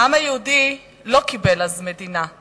העם היהודי לא קיבל אז מדינה,